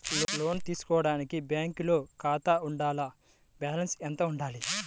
లోను తీసుకోవడానికి బ్యాంకులో ఖాతా ఉండాల? బాలన్స్ ఎంత వుండాలి?